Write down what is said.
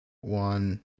one